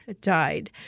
died